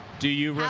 do you